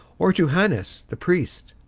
or to hannas the priest,